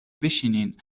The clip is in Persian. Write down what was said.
بشینین